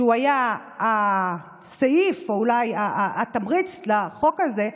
שהיה הסעיף, או אולי התמריץ לחוק הזה,